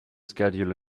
schedule